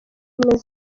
ubumwe